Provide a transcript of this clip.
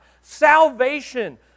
Salvation